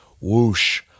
whoosh